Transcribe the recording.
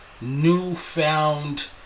newfound